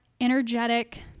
energetic